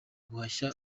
guhashya